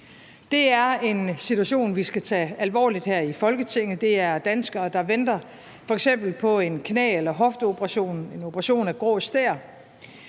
Det er en situation, vi skal tage alvorligt her i Folketinget. Det er danskere, der venter på f.eks. en knæ- eller hofteoperation eller en operation for grå stær.